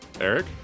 Eric